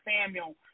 Samuel